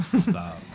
stop